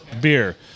beer